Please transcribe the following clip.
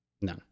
No